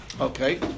okay